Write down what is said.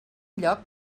lloc